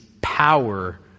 power